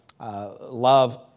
love